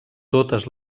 totes